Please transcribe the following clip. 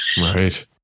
Right